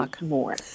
more